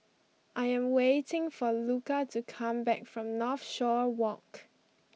I am waiting for Luca to come back from Northshore Walk